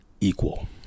Equal